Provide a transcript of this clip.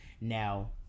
Now